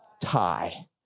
Tie